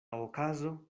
okazo